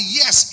yes